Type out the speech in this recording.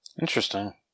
Interesting